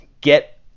get